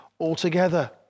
altogether